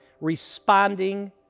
responding